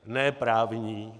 Ne právní.